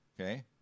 Okay